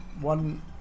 one